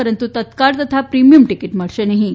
પરંતુ તત્કાળ તથા premium ticket મળશે નહિં